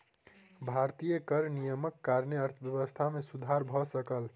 भारतीय कर नियमक कारणेँ अर्थव्यवस्था मे सुधर भ सकल